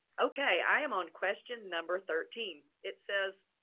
okay. i am on question number thirteen it says,